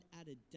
added